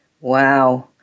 Wow